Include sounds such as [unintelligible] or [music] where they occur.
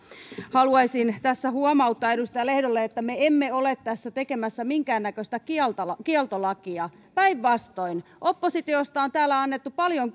haluaisin tässä huomauttaa edustaja lehdolle että me emme ole tässä tekemässä minkäännäköistä kieltolakia kieltolakia päinvastoin oppositiosta on täällä annettu paljon [unintelligible]